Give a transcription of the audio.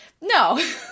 no